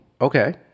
Okay